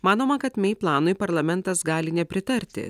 manoma kad mei planui parlamentas gali nepritarti